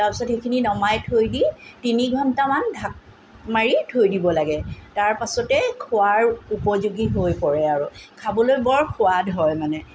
তাৰপিছত সেইখিনি নমাই থৈ দি তিনি ঘণ্টামান ঢাক মাৰি থৈ দিব লাগে তাৰ পাছতেই খোৱাৰ উপযোগী হৈ পৰে আৰু খাবলৈ বৰ সোৱাদ হয় মানে